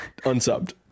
unsubbed